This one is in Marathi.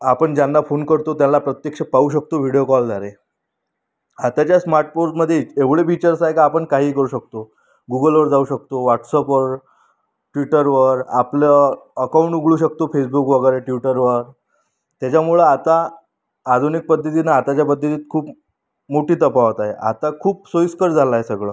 आपण ज्यांना फोन करतो त्याला प्रत्यक्ष पाहू शकतो व्हिडिओ कॉलद्वारे आताच्या स्मार्टफोन्समध्ये एवढे फीचर्स आहे का आपण काहीही करू शकतो गूगलवर जाऊ शकतो व्हॉट्सअपवर ट्विटरवर आपलं अकाऊंट उघडू शकतो फेसबूक वगैरे ट्युटरवर त्याच्यामुळं आता आधुनिक पद्धतीत ना आताच्या पद्धतीत खूप मोठी तफावत आहे आता खूप सोईस्कर झालं आहे सगळं